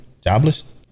Jobless